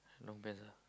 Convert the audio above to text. long pants ah